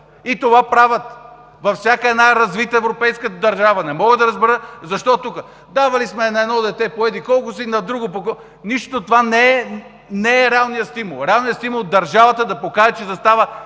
и това правят във всяка развита европейска държава. Не мога да разбера защо тук даваме на едно дете по еди-колко си, на друго по еди-колко си. Това не е реалният стимул. Реалният стимул е държавата да покаже, че застава